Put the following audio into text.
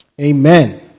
Amen